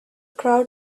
crowd